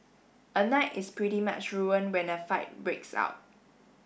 a night is pretty much ruined when a fight breaks out